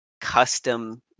custom